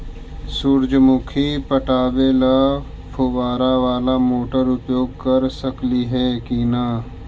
सुरजमुखी पटावे ल फुबारा बाला मोटर उपयोग कर सकली हे की न?